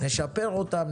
נשפר אותם,